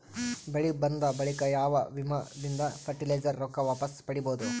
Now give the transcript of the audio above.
ಬೆಳಿ ಬಂದ ಬಳಿಕ ಯಾವ ವಿಮಾ ದಿಂದ ಫರಟಿಲೈಜರ ರೊಕ್ಕ ವಾಪಸ್ ಪಡಿಬಹುದು?